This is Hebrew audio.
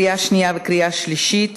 לקריאה שנייה וקריאה שלישית.